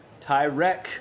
Tyrek